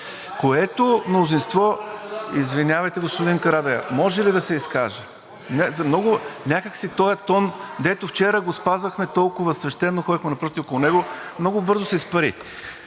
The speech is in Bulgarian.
ХРИСТО ИВАНОВ: Извинявайте, господин Карадайъ, може ли да се изкажа? Някак си този тон, дето вчера го спазвахме толкова свещено, ходехме на пръсти около него, много бързо се изпари.